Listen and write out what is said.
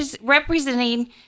representing